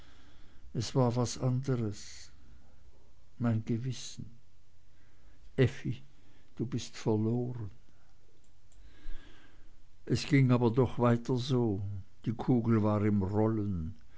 es war was anderes mein gewissen effi du bist verloren es ging aber doch weiter so die kugel war im rollen